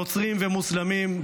נוצרים ומוסלמים,